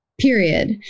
Period